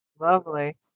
Lovely